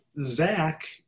Zach